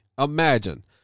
imagine